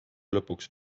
lõpuks